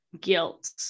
guilt